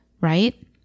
right